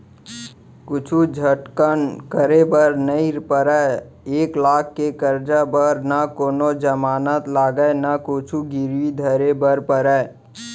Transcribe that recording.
कुछु झंझट करे बर नइ परय, एक लाख के करजा बर न कोनों जमानत लागय न कुछु गिरवी धरे बर परय